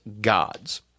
gods